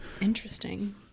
Interesting